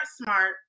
smart